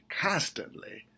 constantly